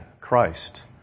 Christ